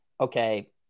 okay